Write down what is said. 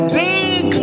big